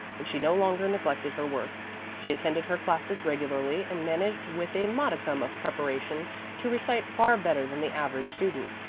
and she no longer neglected her work she attended her classes regularly and managed with a modicum of preparation to recite far better than the average student.